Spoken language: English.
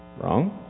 Wrong